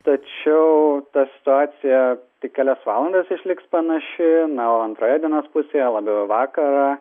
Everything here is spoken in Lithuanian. tačiau ta situacija tik kelias valandas išliks panaši na o antroje dienos pusėje labiau į vakarą